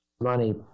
money